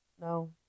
No